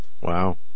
Wow